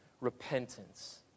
repentance